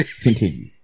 Continue